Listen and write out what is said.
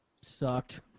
sucked